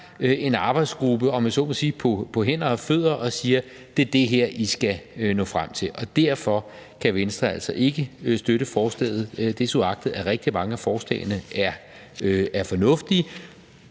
en arbejdsgruppe på hænder og fødder og siger: Det er det her, I skal nå frem til. Derfor kan Venstre altså ikke støtte forslaget, desuagtet at rigtig mange af forslagene er fornuftige.